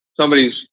somebody's